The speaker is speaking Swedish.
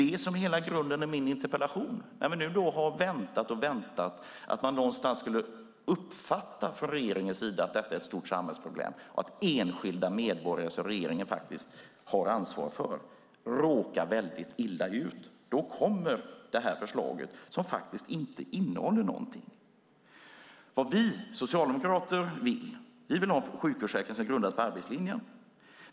Det är grunden för interpellation. När vi har väntat och väntat på att regeringen på något vis skulle uppfatta att detta är ett stort samhällsproblem och att enskilda medborgare, som regeringen faktiskt har ansvar för, råkar väldigt illa ut kommer det här förslaget som inte innehåller någonting. Vi socialdemokrater vill ha en sjukförsäkring som grundas på arbetslinjen.